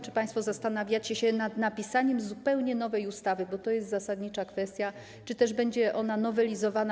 Czy państwo zastanawiacie się nad napisaniem zupełnie nowej ustawy - bo to jest zasadnicza kwestia - czy też będzie ona nowelizowana?